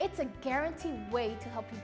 it's a guaranteed way to help you